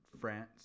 France